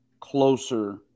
closer